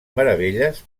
meravelles